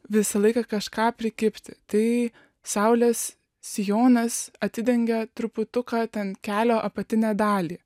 visą laiką kažką prikibti tai saulės sijonas atidengė truputuką ten kelio apatinę dalį